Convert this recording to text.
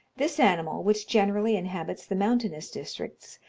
this animal, which generally inhabits the mountainous districts,